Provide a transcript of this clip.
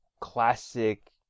classic